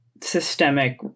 systemic